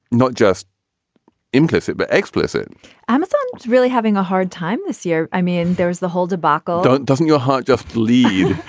not just implicit, but explicit amazon really having a hard time this year. i mean, there was the whole debacle doesn't your heart just leave?